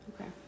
okay